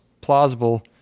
plausible